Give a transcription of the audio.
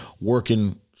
working